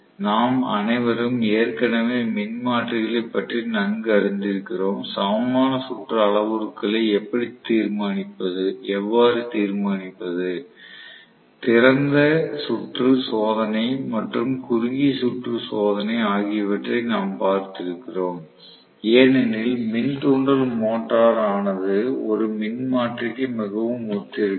நாம் அனைவரும் ஏற்கனவே மின்மாற்றிகளைப் பற்றி நன்கு அறிந்திருக்கிறோம் சமமான சுற்று அளவுருக்களை எவ்வாறு தீர்மானிப்பது திறந்த சுற்று சோதனை மற்றும் குறுகிய சுற்று சோதனை ஆகியவற்றை நாம் பார்த்திருக்கிறோம் ஏனெனில் மின் தூண்டல் மோட்டார் ஆனது ஒரு மின்மாற்றிக்கு மிகவும் ஒத்திருக்கிறது